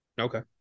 Okay